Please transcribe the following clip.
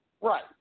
right